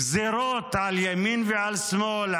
גזרות, על ימין ועל שמאל.